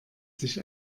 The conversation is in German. sich